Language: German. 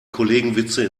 kollegenwitze